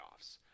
playoffs